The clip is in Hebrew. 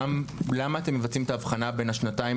למה אתם מבצעים את ההבחנה בין השנתיים